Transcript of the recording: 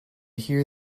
hear